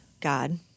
God